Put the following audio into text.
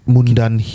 Mundan